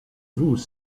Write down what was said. vous